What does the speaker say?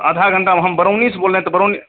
आधे घंटे में हम बरौनी से बोल रहें तो बरौनी